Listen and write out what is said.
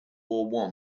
war